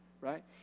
right